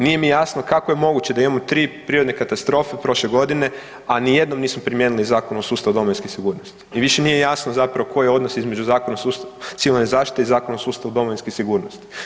Nije mi jasno kako je moguće da imamo tri prirodne katastrofe prošle godine, a ni jednom nismo primijenili Zakon o sustavu domovinske sigurnosti i više nije jasno zapravo koji je odnos između Zakona o sustavu Civilne zaštite i Zakona o sustavu domovinske sigurnosti.